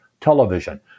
television